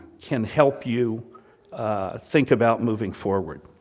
can help you think about moving forward.